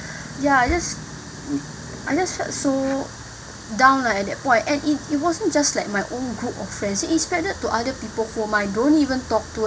ya I just I just felt so down lah at that point and it it wasn't just like my own group of friends it extended to other people whom I don't even talk to